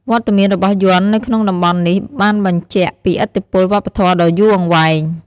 វត្តមានរបស់យ័ន្តនៅក្នុងតំបន់នេះ បានបញ្ជាក់ពីឥទ្ធិពលវប្បធម៌ដ៏យូរអង្វែង។